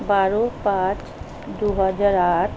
বারো পাঁচ দু হাজার আট